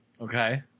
Okay